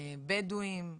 בדואים,